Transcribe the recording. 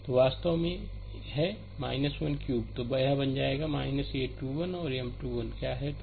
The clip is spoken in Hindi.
तो यह वास्तव में है 1 क्यूब तो यह बन जाएगा a21 है और M21 क्या है